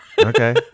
okay